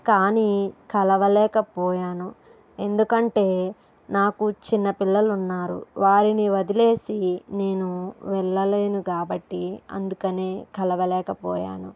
కానీ కలువలేకపోయాను ఎందుకంటే నాకు చిన్న పిల్లలు ఉన్నారు వారిని వదిలేసి నేను వెళ్ళలేను కాబట్టి అందుకని కలవలేకపోయాను